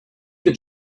that